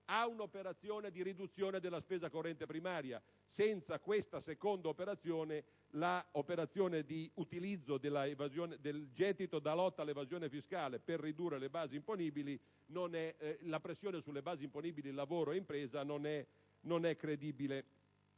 ad un'operazione di riduzione della spesa corrente primaria; senza questa seconda operazione, l'utilizzo del gettito della lotta all'evasione fiscale per ridurre la pressione sulle basi imponibili di lavoro e impresa non è credibile.